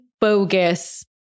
bogus